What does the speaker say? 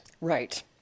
Right